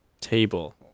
table